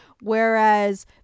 whereas